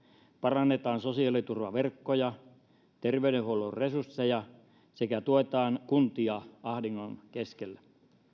parannetaan sosiaaliturvaverkkoja ja terveydenhuollon resursseja sekä tuetaan kuntia ahdingon keskellä